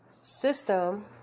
system